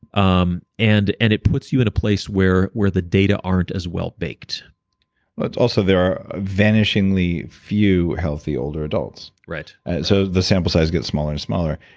um and and it puts you in a place where where the data aren't as well baked but also, there are vanishingly few healthy older adults right so the sample size gets smaller and smaller.